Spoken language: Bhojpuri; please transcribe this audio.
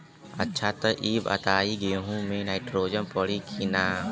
अच्छा त ई बताईं गेहूँ मे नाइट्रोजन पड़ी कि ना?